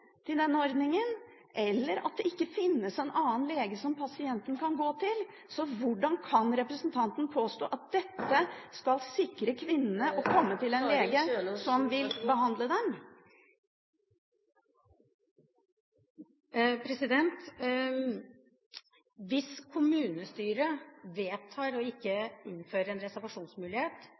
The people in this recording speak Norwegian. til denne ordningen, eller fordi det ikke finnes en annen lege som pasienten kan gå til. Hvordan kan representanten påstå at dette skal sikre kvinnene å komme til en lege som vil behandle dem? Hvis kommunestyret ikke vedtar å innføre en reservasjonsmulighet,